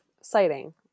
sighting